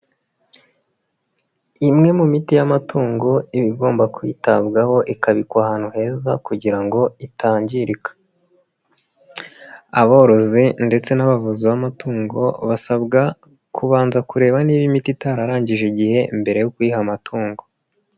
Imwe mu miti y'amatungo iba igomba kwitabwaho ikabikwa ahantu heza kugira ngo itangirika, aborozi ndetse n'abavuzi b'amatungo basabwa kubanza kureba niba imiti itararangije igihe mbere yo kuyiha amatungo.